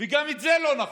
וזה לא נכון.